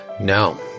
No